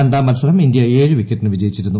രണ്ടാം മൽസരം ഇന്ത്യ ഏഴ് വിക്കറ്റിന് വിജയിച്ചിരുന്നു